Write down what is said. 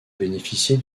bénéficier